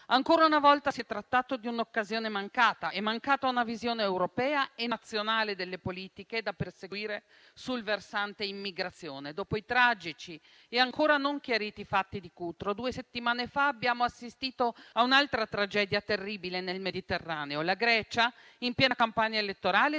Ancora una volta, si è trattato di un'occasione mancata, è mancata una visione europea e nazionale delle politiche da perseguire sul versante immigrazione. Dopo i tragici e ancora non chiariti fatti di Cutro, due settimane fa abbiamo assistito a un'altra tragedia terribile nel Mediterraneo. La Grecia, in piena campagna elettorale,